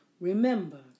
Remember